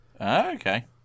Okay